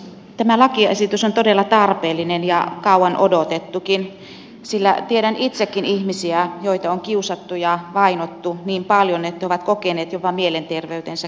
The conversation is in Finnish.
tämä lakiesitys on todella tarpeellinen ja kauan odotettukin sillä tiedän itsekin ihmisiä joita on kiusattu ja vainottu niin paljon että ovat kokeneet jopa mielenterveytensä kärsineen